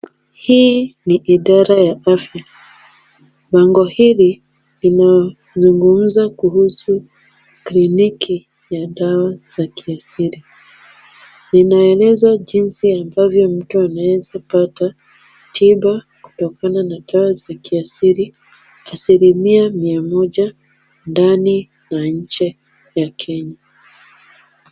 Hii ni idara ya afya. Bango hili linazungumza kuhusu kliniki ya dawa za kiasili, linaeleza jinsi ambavyo mtu anaweza pata tiba kutokana na dawa za kiasili asilimia mia moja, ndani na nje ya Kenya.